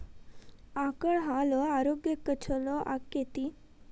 ಆಕಳ ಹಾಲು ಆರೋಗ್ಯಕ್ಕೆ ಛಲೋ ಆಕ್ಕೆತಿ?